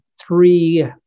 three